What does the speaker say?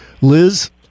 Liz